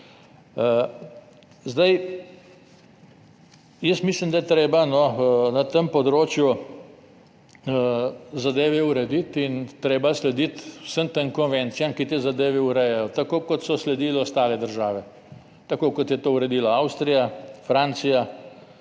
Mislim, da je treba na tem področju zadeve urediti in da je treba slediti vsem tem konvencijam, ki te zadeve urejajo, tako kot so sledile ostale države, tako kot so to uredile Avstrija, Francija,